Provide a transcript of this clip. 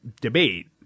debate